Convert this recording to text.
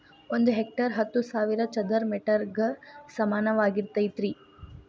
ಒಂದ ಹೆಕ್ಟೇರ್ ಹತ್ತು ಸಾವಿರ ಚದರ ಮೇಟರ್ ಗ ಸಮಾನವಾಗಿರತೈತ್ರಿ